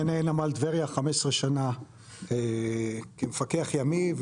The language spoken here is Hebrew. מנהל נמל טבריה 15 שנה כמפקח ימי,